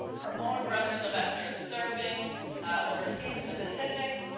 her own brother, sylvester, is serving overseas in the pacific.